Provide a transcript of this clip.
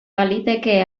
baliteke